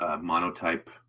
monotype